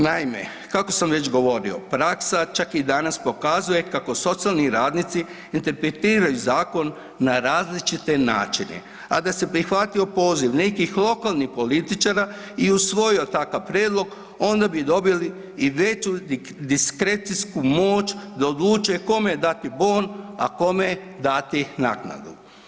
Naime, kako sam već govorio praksa čak i danas pokazuje kako socijalni radnici interpretiraju zakon na različite načine, a da se prihvatio poziv nekih lokalnih političara i usvojio takav prijedlog onda bi dobili i veću diskrecijsku moć da odluče kome dati bon, a kome dati naknadu.